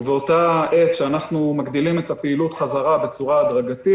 באותה עת שאנחנו מגדילים את הפעילות בחזרה בצורה הדרגתית,